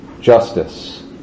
justice